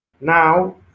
Now